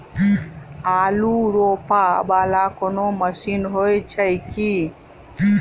आलु रोपा वला कोनो मशीन हो छैय की?